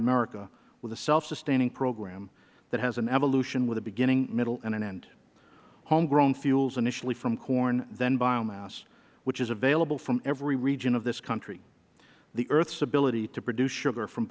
america with a self sustaining program that has an evolution with a beginning a middle and an end home grown fuels initially from corn then biomass which is available from every region of this country the earth's ability to produce sugar from